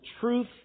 truth